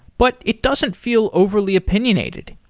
but it doesn't feel overly opinionated.